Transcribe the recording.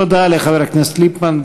תודה לחבר הכנסת ליפמן.